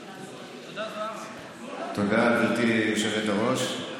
תודה, גברתי היושבת-ראש.